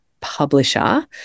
publisher